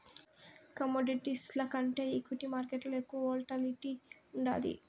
కమోడిటీస్ల కంటే ఈక్విటీ మార్కేట్లల ఎక్కువ వోల్టాలిటీ ఉండాది